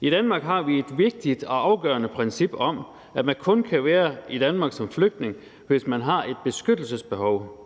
I Danmark har vi et vigtigt og afgørende princip om, at man kun kan være i Danmark som flygtning, hvis man har et beskyttelsesbehov.